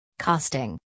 Costing